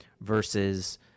versus